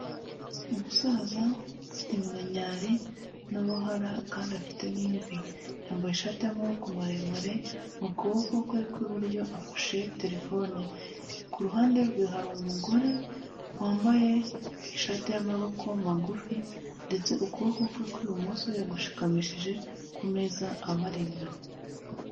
Umusaza ufite iminkanyari n'uruhara kandi afite n'imvi, yambaye ishati y'amaboko maremare mu kuboko kwe kw'iburyo afashe telefone, ku ruhande rwe hari umugore wambaye ishati y'amaboko magufi ndetse ukuboko kwe kw'ibumoso yagushikamishije ku meza abari imbere.